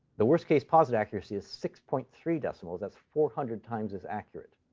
the worst-case posit accuracy is six point three decimals. that's four hundred times as accurate.